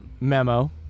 memo